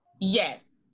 Yes